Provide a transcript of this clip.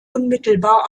unmittelbar